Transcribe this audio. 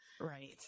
right